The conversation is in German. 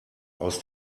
aus